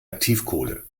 aktivkohle